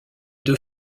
deux